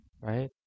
right